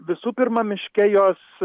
visų pirma miške jos